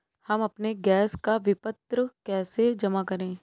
हम अपने गैस का विपत्र कैसे जमा करें?